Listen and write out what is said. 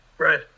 Right